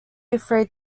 afraid